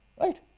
right